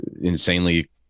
insanely